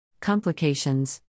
Complications